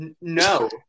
No